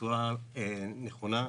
בצורה נכונה,